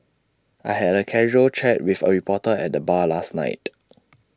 I had A casual chat with A reporter at the bar last night